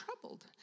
troubled